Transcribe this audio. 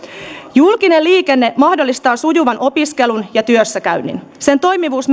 julkinen liikenne mahdollistaa sujuvan opiskelun ja työssäkäynnin sen toimivuus